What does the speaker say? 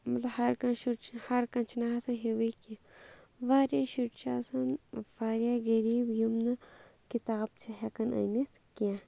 مطلب ہر کانٛہہ شُرۍ چھِ ہر کانٛہہ چھِنہٕ آسان ہیوے کیٚنٛہہ واریاہ شُرۍ چھِ آسان واریاہ غریٖب یِم نہٕ کِتاب چھِ ہٮ۪کان أنِتھ کیٚنٛہہ